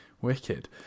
wicked